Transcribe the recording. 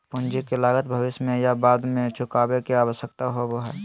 पूंजी की लागत भविष्य में या बाद में चुकावे के आवश्यकता होबय हइ